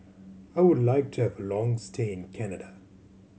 I would like to have a long stay in Canada